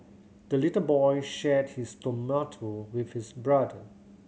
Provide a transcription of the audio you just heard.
the little boy shared his tomato with his brother